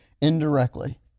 indirectly